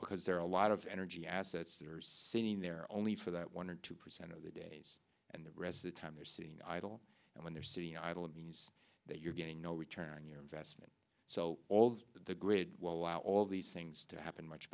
because there are a lot of energy assets that are sitting there only for that one or two percent of the days and the rest the time you're seeing idle and when you're sitting idle it means that you're getting no return on your investment so all the grid will allow all these things to happen much